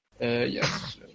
Yes